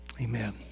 amen